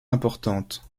importantes